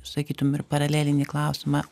sakytum ir paralelinį klausimą